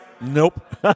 nope